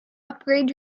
upgrade